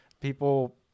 people